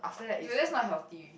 dude that's not healthy